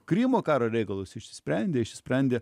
krymo karo reikalus išsisprendė išsisprendė